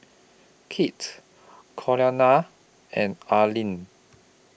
Kit Cordelia and Areli